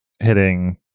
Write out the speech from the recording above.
hitting